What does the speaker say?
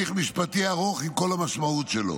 צריך הליך משפטי ארוך עם כל המשמעות שלו.